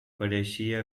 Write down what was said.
pareixia